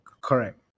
Correct